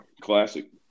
classic